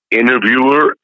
interviewer